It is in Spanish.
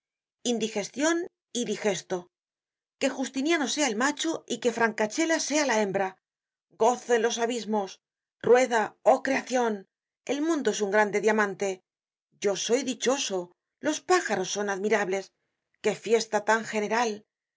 indigestion y digesto qué justiniano sea el macho y que francachela sea la hembra gozo en los abismos rueda oh creacion el mundo es un gran diamante yo soy dichoso los pájaros son admirables qué fiesta tan general el